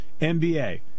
NBA